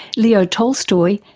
leo tolstoy,